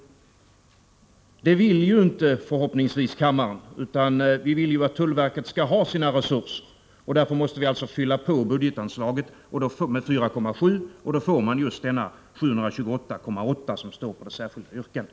Förhoppningsvis vill inte kammaren det, utan vi vill att tullverket skall ha sina resurser. Därför måste vi fylla på budgetanslaget med 4,7 miljoner, och då uppkommer just den summa på 728,8 miljoner som upptas i vårt särskilda yrkande.